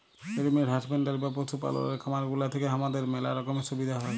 animal husbandry বা পশু পাললের খামার গুলা থেক্যে হামাদের ম্যালা রকমের সুবিধা হ্যয়